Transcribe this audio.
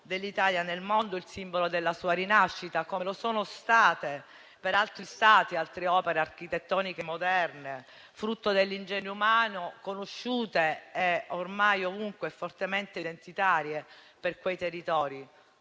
dell'Italia nel mondo, il simbolo della sua rinascita, come lo sono state per altri Stati altre opere architettoniche moderne, frutto dell'ingegno umano, conosciute ormai ovunque e fortemente identitarie per quei territori.